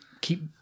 keep